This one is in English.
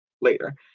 later